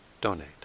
donate